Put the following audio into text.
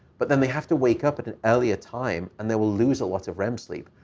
but then they have to wake up at an earlier time, and they will lose a lot of rem sleep.